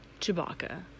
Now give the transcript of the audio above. Chewbacca